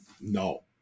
No